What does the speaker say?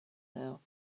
now